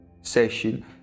session